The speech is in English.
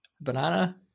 Banana